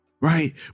right